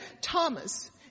Thomas